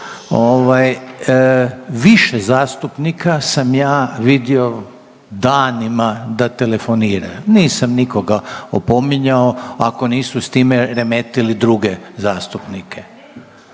više zastupnika sam ja vidio danima da telefoniraju, nisam nikoga opominjao ako nisu s time remetili druge zastupnike./…